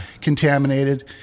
contaminated